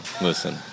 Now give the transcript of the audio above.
listen